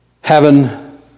heaven